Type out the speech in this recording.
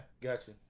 gotcha